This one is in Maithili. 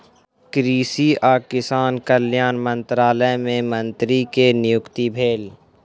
कृषि आ किसान कल्याण मंत्रालय मे मंत्री के नियुक्ति भेल